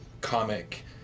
comic